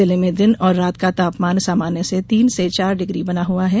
जिले में दिन और रात का तापमान सामान्य से तीन से चार डिग्री बना हुआ है